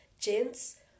gents